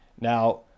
Now